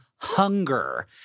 hunger